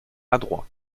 adroit